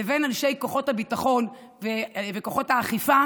לבין אנשי כוחות הביטחון וכוחות האכיפה,